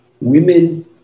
women